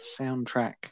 soundtrack